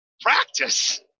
practice